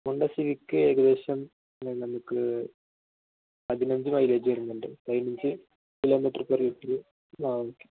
Honda Civic ഏകദേശം നമുക്ക് പതിനഞ്ച് മൈലേജ് വരുന്നുണ്ട് പതിനഞ്ച് കിലോമീറ്റർ പെർ